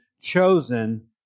chosen